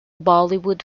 bollywood